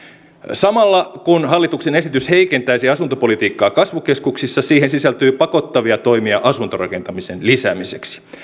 samalla kun hallituksen esitys heikentäisi asuntopolitiikkaa kasvukeskuksissa siihen sisältyy pakottavia toimia asuntorakentamisen lisäämiseksi